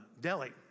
Delhi